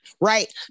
right